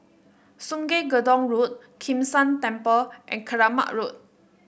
Sungei Gedong Road Kim San Temple and Keramat Road